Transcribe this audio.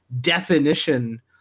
definition